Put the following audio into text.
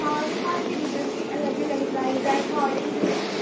आं जी भांडे मतलब अलग अलग प्राईज़ दा स्टार्टिंग तू